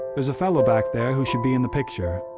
there's a fellow back there who should be in the picture.